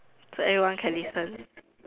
so everyone can listen